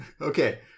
okay